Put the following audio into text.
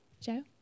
Joe